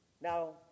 Now